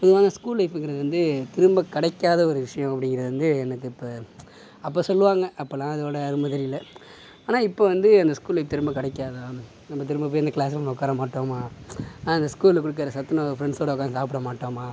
அதனால் ஸ்கூல் லைஃப்ங்கிறது வந்து திரும்ப கிடைக்காத ஒரு விஷ்யம் அப்படிங்குறது வந்து எனக்கு இப்போ அப்போ சொல்லுவாங்க அப்போலாம் அதோட அருமை தெரியல ஆனால் இப்போ வந்து அந்த ஸ்கூல் லைஃப் திரும்ப கிடைக்காதா நம்ப திரும்ப போய் அந்த க்ளாஸ்ல ரூமில் உக்கார மாட்டோமா அந்த ஸ்கூலில் கொடுக்குற சத்துணவை ஃபிரெண்ட்ஸோட உக்காந்து சாப்பிட மாட்டோமா